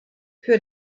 für